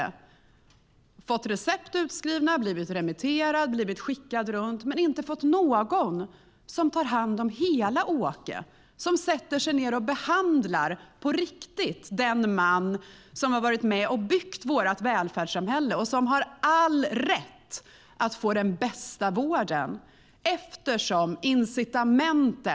Han har fått recept utskrivna, blivit remitterad och skickats runt men har inte fått någon som tar hand om hela Åke. Ingen sätter sig ned och behandlar, på riktigt, den man som har varit med och byggt vårt välfärdssamhälle och som har all rätt att få den bästa vården.